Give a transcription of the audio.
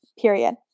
Period